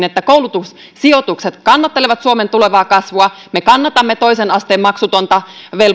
että koulutussijoitukset kannattelevat suomen tulevaa kasvua me kannatamme toisen asteen maksutonta